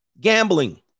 gambling